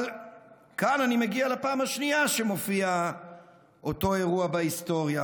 אבל כאן אני מגיע לפעם השנייה שבה מופיע אותו אירוע בהיסטוריה,